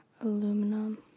Aluminum